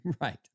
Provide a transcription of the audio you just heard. right